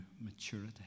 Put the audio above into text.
maturity